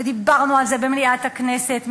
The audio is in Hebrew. ודיברנו על זה במליאת הכנסת,